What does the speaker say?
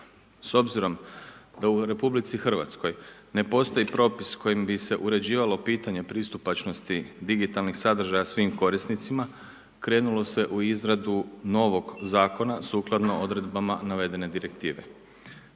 S obzirom da u RH ne postoji propis kojim bi se uređivalo pitanje pristupačnosti digitalnim sadržaja svim korisnicima, krenulo se u izradu novog zakona, sukladno odredbama navedene direktive.